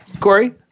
Corey